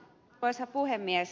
arvoisa puhemies